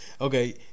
Okay